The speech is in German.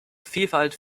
vielfalt